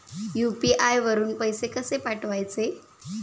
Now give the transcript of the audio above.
UPI वरून पैसे कसे पाठवायचे?